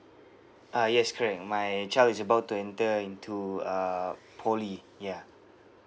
uh yes correct my child is about to enter into uh poly ya